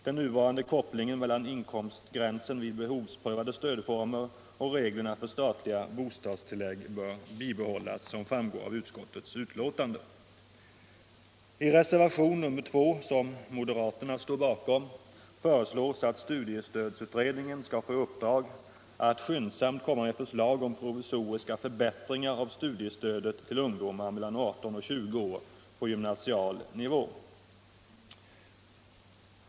Den nuvarande kopplingen mellan inkomstgränsen vid behovsprövade stödformer och reglerna för statliga bostadstillägg bör bibehållas, som det framgår av utskottets betänkande. I reservationen 2, som moderaterna står bakom, föreslås att studiestödsutredningen skall få i uppdrag att skyndsamt komma med förslag om provisoriska förbättringar av studiestödet till ungdomar mellan 18 och 20 år på gymnasial nivå.